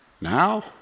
now